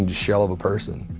and shell of a person.